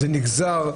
זה נגזר.